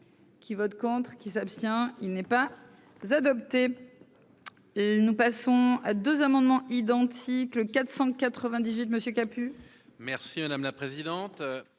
Qui vote contre qui s'abstient, il n'est pas adopté, nous passons 2 amendements identiques, le 498 Monsieur kaput. Merci madame la présidente,